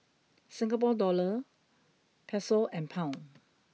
Singapore dollar Peso and Pound